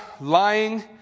lying